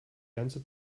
ganze